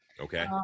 Okay